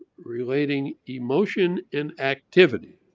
relating emotion in activity.